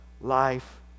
life